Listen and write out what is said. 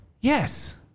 Yes